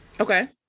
Okay